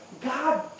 God